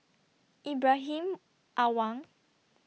Ibrahim Awang